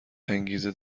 انگیزه